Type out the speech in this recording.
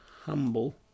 humble